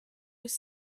with